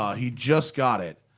he just got it,